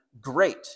great